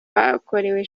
bakorewe